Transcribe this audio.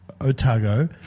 Otago